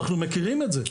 אנחנו מכירים את זה.